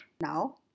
now